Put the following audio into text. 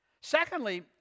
Secondly